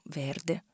verde